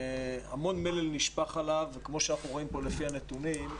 המון מלל נשפך עליו וכמו שאנחנו רואים פה לפי הנתונים,